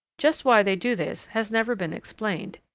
just why they do this has never been explained.